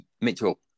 Mitchell